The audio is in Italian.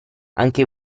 anche